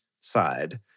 side